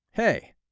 Hey